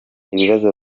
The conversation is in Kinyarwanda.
ikibazo